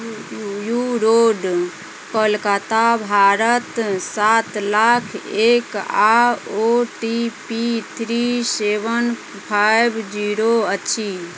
U road Kolkata Bharat सात लाख एक आओर O T P three seven five zero अछि